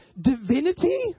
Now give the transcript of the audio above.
divinity